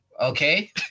Okay